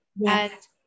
yes